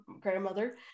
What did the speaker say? grandmother